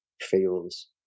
feels